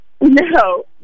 No